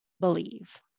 believe